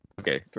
Okay